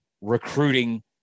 recruiting